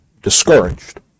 discouraged